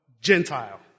Gentile